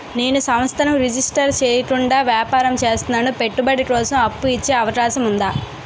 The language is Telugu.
నేను సంస్థను రిజిస్టర్ చేయకుండా వ్యాపారం చేస్తున్నాను పెట్టుబడి కోసం అప్పు ఇచ్చే అవకాశం ఉందా?